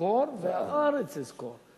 אזכר והארץ אזכר".